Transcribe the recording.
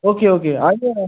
okay okay आणतो ना मग